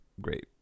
Great